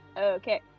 Okay